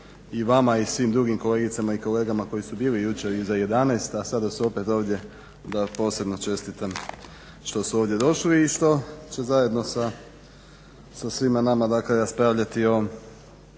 i vama i svim drugim kolegice i kolegama koji su bili jučer iza 11, a sada su opet ovdje da posebno čestitam što su ovdje došli i što zajedno sa svima nama raspravljati o